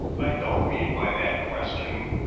i don't mean by that question,